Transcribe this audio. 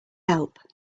help